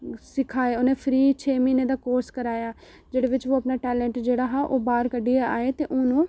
सखाया उ'नें फ्री छे म्हीने दा कोर्स कराया जेह्दे बिच ओह् अपना टैलेंट जेह्ड़ा हा ओह् बाह्र कड्ढी आए ते हून ओह्